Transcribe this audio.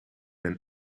een